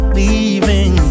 leaving